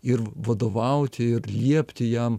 ir vadovauti ir liepti jam